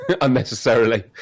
unnecessarily